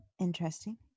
interesting